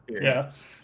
Yes